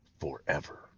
forever